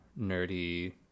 nerdy